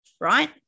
Right